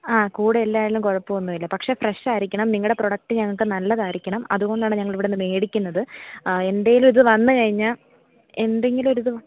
ആ കൂടെ എല്ലായാലും കുഴപ്പമൊന്നും ഇല്ല പക്ഷേ ഫ്രഷ് ആയിരിക്കണം നിങ്ങളുടെ പ്രൊഡക്ട് ഞങ്ങൾക്ക് നല്ലതായിരിക്കണം അതുകൊണ്ടാണ് ഞങ്ങൾ ഇവിടുന്ന് മേടിക്കുന്നത് എന്തെങ്കിലും ഒരിത് വന്ന് കഴിഞ്ഞാൽ എന്തെങ്കിലും ഒരിത് വ